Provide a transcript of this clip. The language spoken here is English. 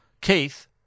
Keith